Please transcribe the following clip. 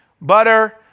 Butter